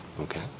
okay